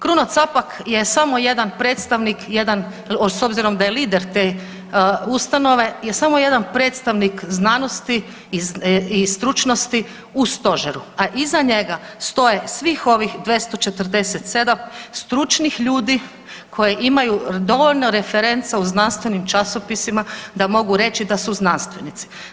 Kruno Capak je samo jedan predstavnik, s obzirom da je lider te ustanove je samo jedan predstavnik znanosti i stručnosti u stožeru, a iza njega stoje svih ovih 247 stručnih ljudi koje imaju dovoljno referenca u znanstvenim časopisima da mogu reći da su znanstvenici.